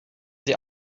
sie